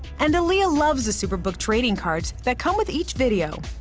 and alia loves the superbook trading cards that come with each video.